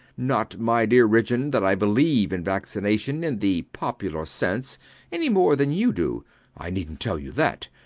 not, my dear ridgeon, that i believe in vaccination in the popular sense any more than you do i neednt tell you that.